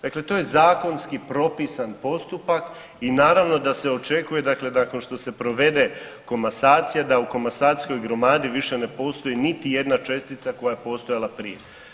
Dakle, to je zakonski propisan postupak i naravno da se očekuje dakle nakon što se provede komasacija da u komasacijskoj gromadi više ne postoji niti jedna čestica koja je postojala prije.